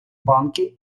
банки